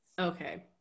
Okay